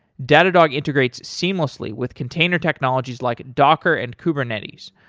datadog integrates seamlessly with container technologies like docker and kubernetes,